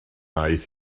aeth